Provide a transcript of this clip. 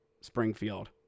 Springfield